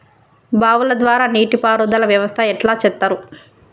బావుల ద్వారా నీటి పారుదల వ్యవస్థ ఎట్లా చేత్తరు?